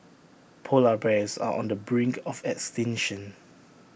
Polar Bears are on the brink of extinction